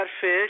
fish